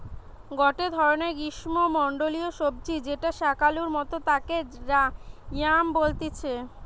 গটে ধরণের গ্রীষ্মমন্ডলীয় সবজি যেটা শাকালুর মতো তাকে য়াম বলতিছে